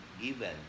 given